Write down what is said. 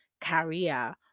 career